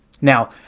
Now